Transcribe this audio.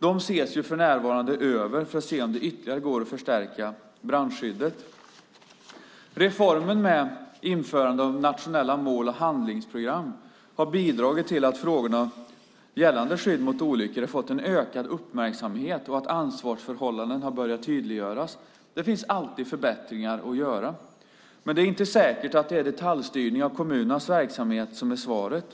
Dessa ser man för närvarande över för att se om det går att ytterligare förstärka brandskyddet. Reformen med införande av nationella mål och handlingsprogram har bidragit till att frågorna gällande skydd mot olyckor har fått en ökad uppmärksamhet och att ansvarsförhållanden har börjat tydliggöras. Det finns alltid förbättringar att göra. Men det är inte säkert att det är detaljstyrning av kommunernas verksamhet som är svaret.